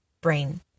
brain